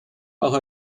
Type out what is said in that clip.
auch